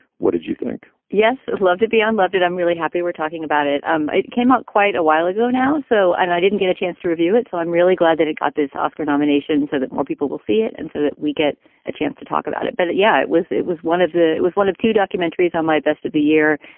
what did you think? yes, i'd love to be on. loved it. i'm really happy we're talking about it. it came out quite a while ago now, so and i didn't get a chance to review it. so i'm really glad that it got this oscar nomination so that more people will see it. and so that we get a chance to talk about it. but yeah, it was it was one of the it was one of two documentaries on my best of the year.